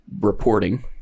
reporting